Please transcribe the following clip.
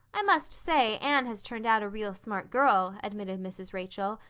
i must say anne has turned out a real smart girl, admitted mrs. rachel,